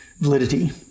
validity